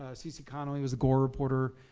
ah ceci connolly was the gore reporter,